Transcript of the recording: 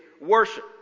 worship